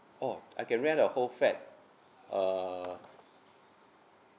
oh I can rent the whole flat uh